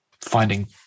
finding